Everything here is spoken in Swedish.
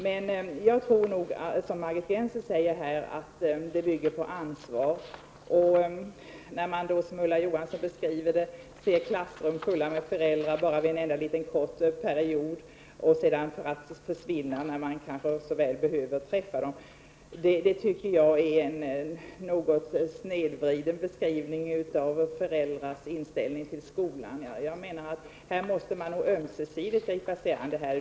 Men jag tror nog, vilket Margit Gennser säger, att dessa bygger på ansvar. Ulla Johansson beskriver klassrum fulla med föräldrar endast vid en kort period, föräldrarna som sedan försvinner när lärarna behöver träffa dem. Det tycker jag är en något snedvriden beskrivning av föräldrars inställning till skolan. Jag menar att man ömsesidigt måste gripa sig an detta.